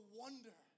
wonder